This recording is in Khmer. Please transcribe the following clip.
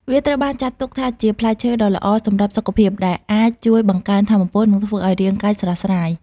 វាត្រូវបានចាត់ទុកថាជាផ្លែឈើដ៏ល្អសម្រាប់សុខភាព ដែលអាចជួយបង្កើនថាមពល និងធ្វើឲ្យរាងកាយស្រស់ស្រាយ។